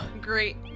great